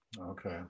Okay